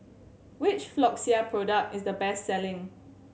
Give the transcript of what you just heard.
which Floxia product is the best selling